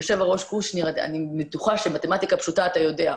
היו"ר קושניר, אני בטוחה שמתמטיקה פשוטה אתה יודע.